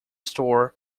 store